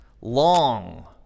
Long